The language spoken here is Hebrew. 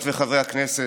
חברות וחברי הכנסת,